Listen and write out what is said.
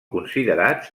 considerats